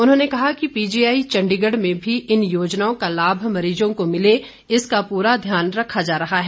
उन्होंने कहा की पीजीआई चण्डीगढ़ में भी इन योजनाओं का लाभ मरीजों को मिले इसका पूरा ध्यान रखा जा रहा है